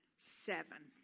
Seven